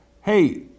hey